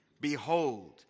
Behold